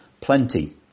plenty